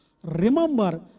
Remember